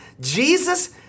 Jesus